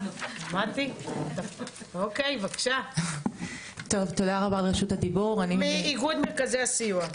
הבנתי, אוקיי, בבקשה, מאיגוד מרכזי הסיוע.